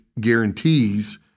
guarantees